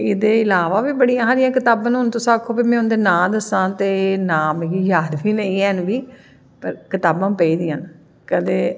एह्दे इलाबा होर बी बड़ियां सारियां कताबां न हून तुस आक्खो कि उंदे नांऽ दस्सो ते उंदा नांऽ मिगी याद बी नी हैन ते कताबां पेई दियां न कदैं